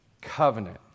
covenant